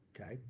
okay